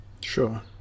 Sure